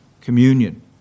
communion